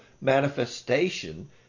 manifestation